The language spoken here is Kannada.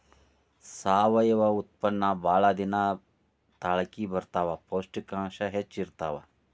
ಸಾವಯುವ ಉತ್ಪನ್ನಾ ಬಾಳ ದಿನಾ ತಾಳಕಿ ಬರತಾವ, ಪೌಷ್ಟಿಕಾಂಶ ಹೆಚ್ಚ ಇರತಾವ